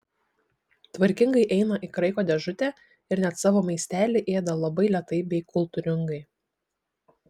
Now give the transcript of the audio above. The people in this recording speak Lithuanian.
tvarkingai eina į kraiko dėžutę ir net savo maistelį ėda labai lėtai bei kultūringai